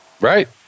Right